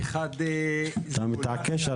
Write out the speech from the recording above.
זה עולה עכשיו